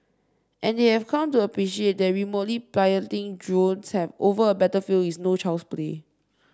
and they have come to appreciate that remotely piloting drones over a battlefield is no child's play